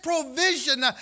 provision